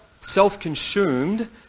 self-consumed